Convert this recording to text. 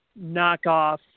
knockoff